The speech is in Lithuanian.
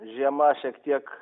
žiema šiek tiek